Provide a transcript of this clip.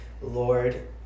Lord